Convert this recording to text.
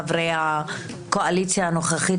חברי הקואליציה הנוכחית,